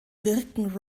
wirken